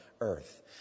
earth